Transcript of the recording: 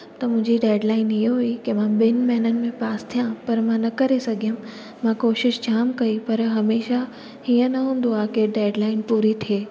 त मुंहिंजी डेडलाइन हीअ हुई की मां ॿिनि महीननि में पास थियां पर मां न करे सघियमि मां कोशिशि जाम कई पर हमेशह हीअं न हूंदो आहे के डेडलाइन पूरी थिए